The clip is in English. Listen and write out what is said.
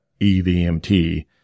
EVMT